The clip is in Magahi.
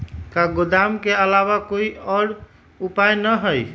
का गोदाम के आलावा कोई और उपाय न ह?